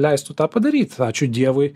leistų tą padaryt ačiū dievui